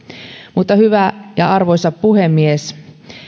hyvä ja arvoisa puhemies